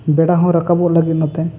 ᱵᱮᱲᱟ ᱦᱚᱸ ᱨᱟᱠᱟᱵᱚᱜ ᱞᱟᱹᱜᱤᱫ ᱱᱚᱛᱮ